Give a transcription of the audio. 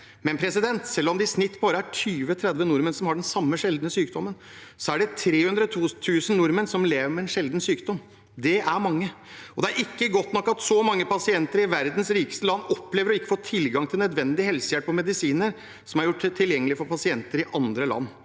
i Norge. Selv om det i snitt bare er 20–30 nordmenn som har den samme sjeldne sykdommen, er det 300 000 nordmenn som lever med en sjelden sykdom. Det er mange. Det er ikke godt nok at så mange pasienter i verdens rikeste land opplever ikke å få tilgang til nødvendig helsehjelp og medisiner som er gjort tilgjengelig for pasienter i andre land.